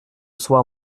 soir